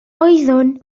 oeddwn